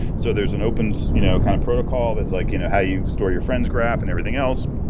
so there's an open you know kind of protocol that's like you know how you store your friend's graph and everything else,